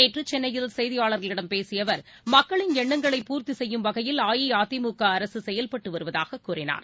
நேற்றுசென்னையில் செய்தியாளர்களிடம் பேசியஅவர் மக்களின் எண்ணங்களை பூர்த்திசெய்யும் வகையில் அஇஅதிமுகஅரசுசெயல்பட்டுவருவதாககூறினார்